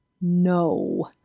no